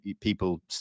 people